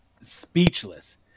speechless